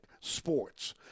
sports